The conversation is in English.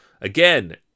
Again